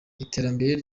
iterambere